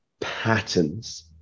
patterns